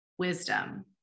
wisdom